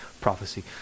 prophecy